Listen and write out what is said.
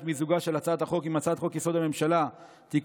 מיזוגה של הצעת החוק עם הצעת חוק-יסוד: הממשלה (תיקון,